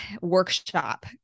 workshop